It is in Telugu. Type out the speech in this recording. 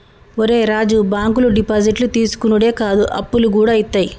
ఒరే రాజూ, బాంకులు డిపాజిట్లు తీసుకునుడే కాదు, అప్పులుగూడ ఇత్తయి